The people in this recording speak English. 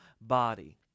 body